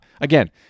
Again